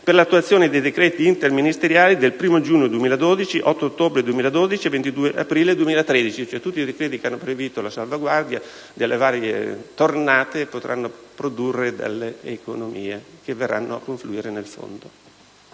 per l'attuazione dei decreti interministeriali del 1° giugno 2012, 8 ottobre 2012 e 22 aprile 2013: in altre parole, tutti i decreti che hanno previsto la salvaguardia delle varie tornate potranno produrre delle economie, che andranno a confluire nel fondo.